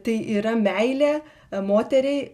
tai yra meilė moteriai